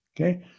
okay